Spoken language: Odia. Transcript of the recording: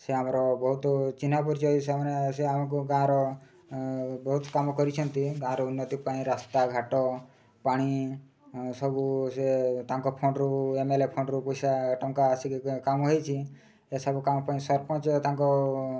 ସେ ଆମର ବହୁତ ଚିହ୍ନା ପରିଚୟ ହିସାବରେ ସେ ଆମକୁ ଗାଁର ବହୁତ କାମ କରିଛନ୍ତି ଗାଁର ଉନ୍ନତି ପାଇଁ ରାସ୍ତା ଘାଟ ପାଣି ସବୁ ସେ ତାଙ୍କ ଫଣ୍ଡରୁ ଏମ ଏଲ ଏ ଫଣ୍ଡରୁ ପଇସା ଟଙ୍କା ଆସିକି କାମ ହେଇଛି ଏସବୁ କାମ ପାଇଁ ସରପଞ୍ଚ ତାଙ୍କ